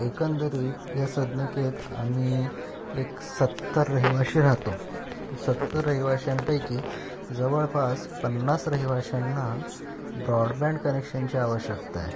एकंदरीत या सदनिकेत आम्ही एक सत्तर रहिवाशी राहतो तो सत्तर रहिवाशांपैकी जवळपास पन्नास रहिवाशांना ब्रॉडबँड कनेक्शनची आवश्यकता आहे